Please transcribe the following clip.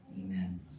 amen